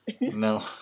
No